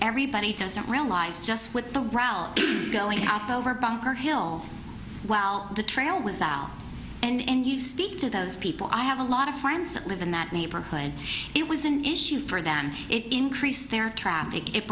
everybody doesn't realize just what the going to hop over bunker hill well the trail was out and you speak to those people i have a lot of friends that live in that neighborhood it was an issue for them it increases their traffic it